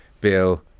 Bill